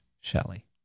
Shelley